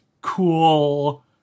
cool